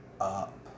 up